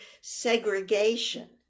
segregation